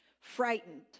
frightened